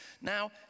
Now